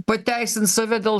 pateisins save dėl